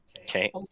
Okay